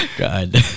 God